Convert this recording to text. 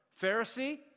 Pharisee